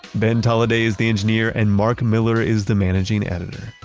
ben holiday's the engineer and mark miller is the managing editor